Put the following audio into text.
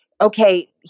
okay